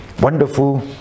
wonderful